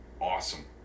awesome